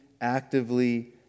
actively